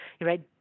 right